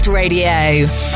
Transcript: Radio